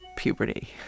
puberty